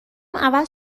عوض